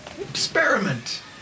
Experiment